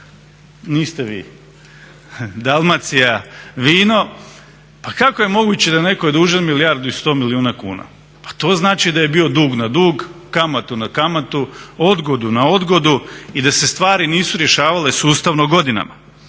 niste vi, Dalmacija vino, pa kako je moguće da netko je dužan milijardu i 100 milijuna kuna, pa to znači da je bio dug na dug, kamatu na kamatu, odgodu na odgodu i da se stvari nisu rješavale sustavno godinama.